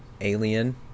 Alien